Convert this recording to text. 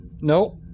No